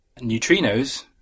Neutrinos